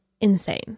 insane